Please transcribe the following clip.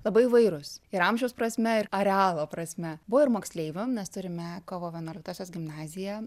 labai įvairūs ir amžiaus prasme ir arealo prasme buvo ir moksleivių mes turime kovo vienuoliktosios gimnaziją